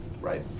Right